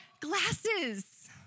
glasses